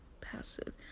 passive